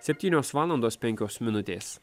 septynios valandos penkios minutės